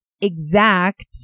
exact